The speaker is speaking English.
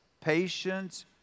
patience